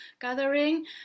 gathering